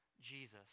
Jesus